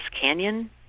Canyon